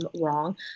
wrong